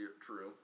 True